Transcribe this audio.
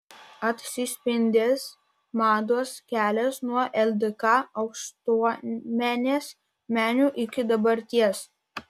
atsispindės mados kelias nuo ldk aukštuomenės menių iki dabarties